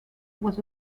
was